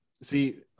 See